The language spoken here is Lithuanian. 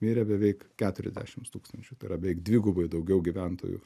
mirė beveik keturiasdešims tūkstančių tai yra beveik dvigubai daugiau gyventojų